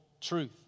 truth